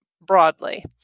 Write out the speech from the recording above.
broadly